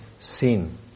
Sin